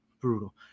brutal